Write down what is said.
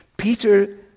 Peter